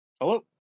hello